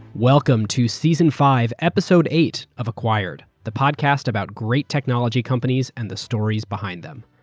welcome to season five episode eight of acquired, the podcast about great technology companies and the stories behind them.